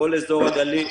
כל אזור הגליל,